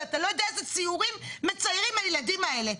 ואתה לא יודע איזה ציורים מציירים הילדים האלה.